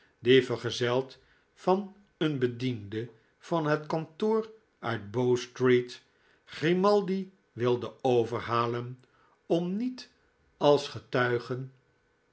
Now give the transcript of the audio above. die vergezeld van een bediende van het kantoor uit bowstreet grimaldi wilden overhalen om niet als getuigen